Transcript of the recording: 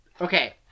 Okay